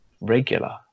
regular